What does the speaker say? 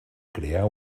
crear